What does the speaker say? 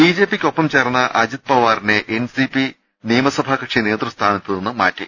B ജെ പിയ്ക്കൊപ്പം ചേർന്ന അജിത് പവാറിനെ എൻ സി പി നിയമസഭാകക്ഷി നേതൃസ്ഥാനത്ത് നിന്ന് മാറ്റി